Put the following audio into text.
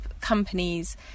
companies